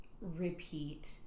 repeat